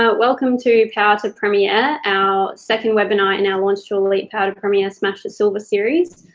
ah welcome to power to premier, our second webinar in our launch to elite, power to premier, smash it silver series.